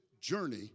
journey